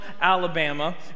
Alabama